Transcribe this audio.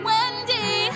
Wendy